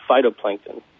phytoplankton